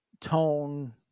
tone